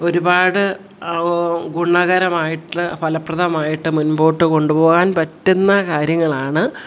ഒരുപാട് ഗുണകരമായിട്ട് ഫലപ്രദമായിട്ട് മുൻപോട്ട് കൊണ്ടുപോവാൻ പറ്റുന്ന കാര്യങ്ങളാണ്